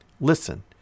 Listen